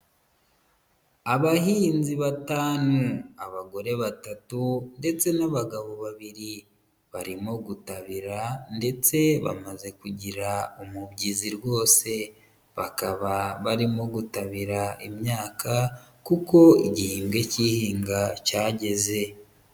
Abahinzi batanu abagore batatu ndetse n'abagabo babiri, barimo gutabira ndetse bamaze kugira umubyizi rwose, bakaba barimo gutabira imyaka kuko igihembwe cy'ihinga cyageze.